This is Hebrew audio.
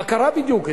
מה קרה בדיוק,